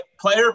player